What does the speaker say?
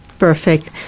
Perfect